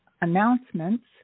announcements